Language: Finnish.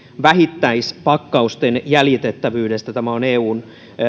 vähittäispakkausten jäljitettävyydestä tämä on eun